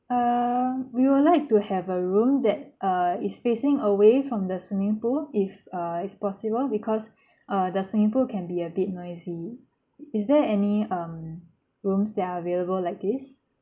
um we would like to have a room that err is facing away from the swimming pool if uh is possible because err the swimming pool can be a bit noisy is there any um rooms that are available like this